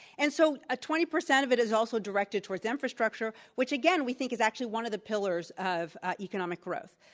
and so ah twenty percent of it is also directed towards infrastructure, which again we think is actually one of the pillars of economic growth.